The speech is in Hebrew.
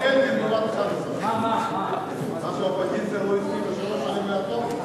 מה שהאופוזיציה לא הצליחה שלוש שנים לעשות,